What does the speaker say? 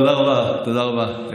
תודה רבה, תודה רבה.